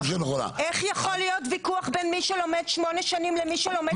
איך יכול להיות ויכוח בין מי שלומד שמונה שנים למי שלומד שנתיים?